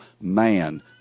man